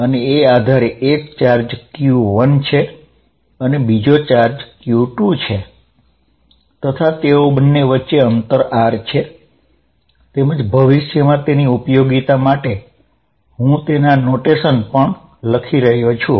અને એ આધારે એક ચાર્જ q1 છે અને બીજો ચાર્જ q2 છે તથા તે બન્ને વચ્ચે અંતર r છે તેમજ ભવિષ્યમાં તેની ઉપયોગીતા માટે હું તેના નોટેશન પણ લખી રહ્યો છું